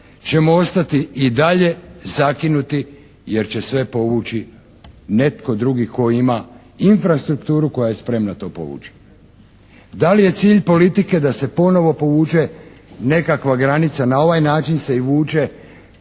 ćemo ostati i dalje zakinuti jer će sve povući netko drugi tko ima infrastrukturu koja je spremna to povući. Da li je cilj politike da se ponovno povuče nekakva granica? Na ovaj način se i vuče